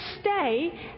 stay